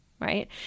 right